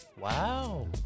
Wow